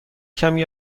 کمی